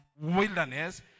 wilderness